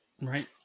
Right